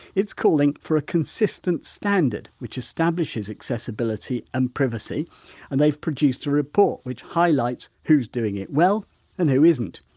it's calling for a consistent standard which establishes accessibility and privacy and they've produced a report which highlights who's doing it well and who isn't.